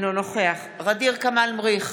אינו נוכח ע'דיר כמאל מריח,